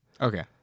Okay